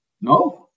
no